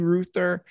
Ruther